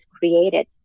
created